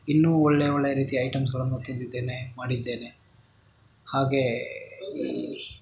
ಇನ್ನೂ ಒಳ್ಳೆಯ ಒಳ್ಳೆಯ ರೀತಿಯ ಐಟೆಮ್ಸ್ಗಳನ್ನು ತಿಂದಿದ್ದೇನೆ ಮಾಡಿದ್ದೇನೆ ಹಾಗೇ ಈ